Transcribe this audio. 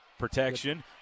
protection